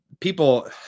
people